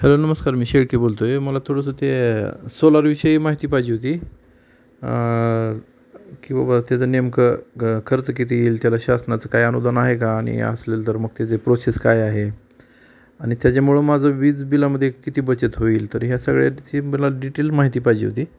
hello नमस्कार मी शेळके बोलतो आहे मला थोडंसं ते सोलारविषयी माहिती पाहिजे होती की बाबा त्याचं नेमकं खर्च किती येईल त्याला शासनाचं काय अनुदान आहे का आणि असेल तर मग त्याचे प्रोसेस काय आहे आणि त्याच्यामुळं माझं वीज बिलामधे किती बचत होईल तर ह्या सगळ्याची मला डिटेल माहिती पाहिजे होती